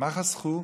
מה חסכו?